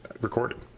recorded